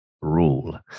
rule